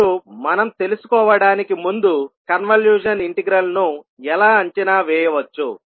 ఇప్పుడు మనం తెలుసుకోవడానికి ముందు కన్వల్యూషన్ ఇంటిగ్రల్ ను ఎలా అంచనా వేయవచ్చు